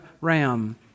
Ram